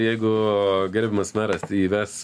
jeigu gerbiamas meras tai įves